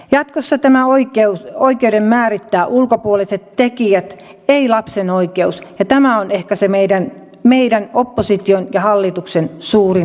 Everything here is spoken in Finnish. jatkossa tämän oikeuden määrittävät ulkopuoliset tekijät ei lapsen oikeus ja tämä on ehkä se meidän opposition ja hallituksen suurin eroavaisuus